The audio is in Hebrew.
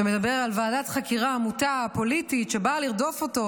ומדבר על ועדת חקירה מוטה פוליטית שבאה לרדוף אותו,